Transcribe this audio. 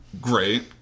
great